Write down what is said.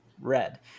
red